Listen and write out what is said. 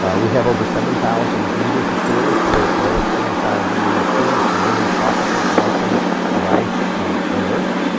ah we have over seven thousand meters of course, that are at minus thirty five degrees c. it's the only tropical collection of ice on earth.